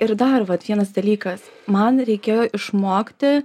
ir dar vat vienas dalykas man reikėjo išmokti